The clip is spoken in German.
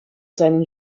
seinen